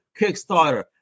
Kickstarter